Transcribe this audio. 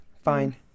Fine